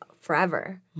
forever